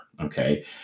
Okay